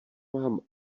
mám